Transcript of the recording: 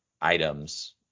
items